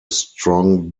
strong